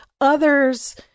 Others